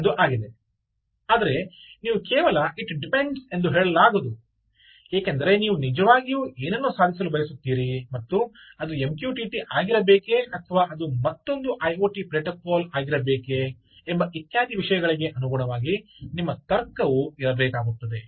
ಆದರೆ ನೀವು ಕೇವಲ "ಇಟ್ ಡಿಪೆಂಡ್ಸ್" ಎಂದು ಹೇಳಲಾಗದು ಏಕೆಂದರೆ ನೀವು ನಿಜವಾಗಿ ಏನನ್ನು ಸಾಧಿಸಲು ಬಯಸುತ್ತೀರಿ ಮತ್ತು ಅದು MQTT ಆಗಿರಬೇಕೆ ಅಥವಾ ಅದು ಮತ್ತೊಂದು IoT ಪ್ರೋಟೋಕಾಲ್ ಆಗಿರಬೇಕೆ ಎಂಬ ಇತ್ಯಾದಿ ವಿಷಯಗಳಿಗೆ ಅನುಗುಣವಾಗಿ ನಿಮ್ಮ ತರ್ಕವು ಇರಬೇಕಾಗುತ್ತದೆ